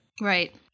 Right